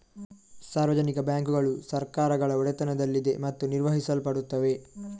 ಸಾರ್ವಜನಿಕ ಬ್ಯಾಂಕುಗಳು ಸರ್ಕಾರಗಳ ಒಡೆತನದಲ್ಲಿದೆ ಮತ್ತು ನಿರ್ವಹಿಸಲ್ಪಡುತ್ತವೆ